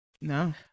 No